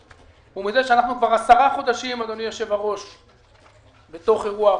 הוא מזה שאנחנו כבר 10 חודשים בתוך אירוע הקורונה.